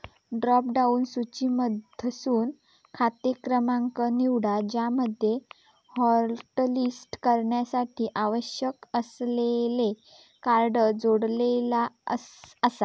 drop down सूचीमधसून खाते क्रमांक निवडा ज्यामध्ये हॉटलिस्ट करण्यासाठी आवश्यक असलेले कार्ड जोडलेला आसा